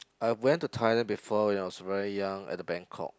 I went to Thailand before when I was very young at the bangkok